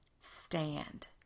stand